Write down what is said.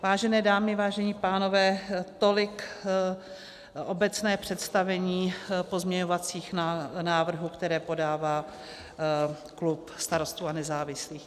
Vážené dámy, vážení pánové, tolik obecné představení pozměňovacích návrhů, které podává klub Starostů a nezávislých.